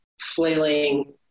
flailing